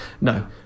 no